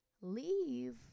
leave